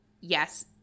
yes